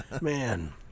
Man